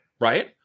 right